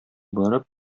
барып